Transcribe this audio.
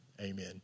Amen